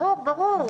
ברור,